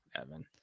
Evan